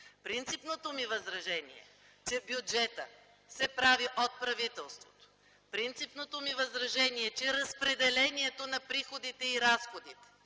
Принципното ми възражение е, че бюджетът се прави от правителството. Принципното ми възражение е, че разпределението на приходите и разходите,